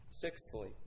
Sixthly